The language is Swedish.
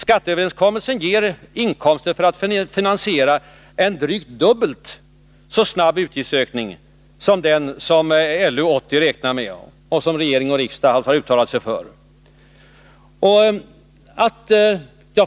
Skatteöverenskommelsen ger inkomster för att finansiera en drygt dubbelt så snabb utgiftsökning som den som LU 80 räknar med och som regering och riksdag har uttalat sig för.